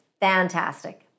fantastic